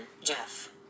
Jeff